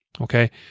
okay